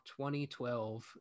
2012